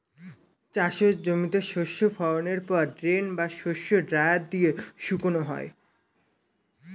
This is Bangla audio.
চাষের জমিতে শস্য ফলনের পর গ্রেন বা শস্য ড্রায়ার দিয়ে শুকানো হয়